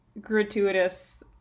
gratuitous